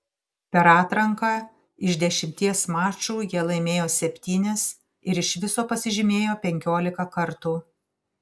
per atranką iš dešimties mačų jie laimėjo septynis ir iš viso pasižymėjo penkiolika kartų